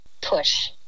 push